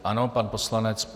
Ano, pan poslanec.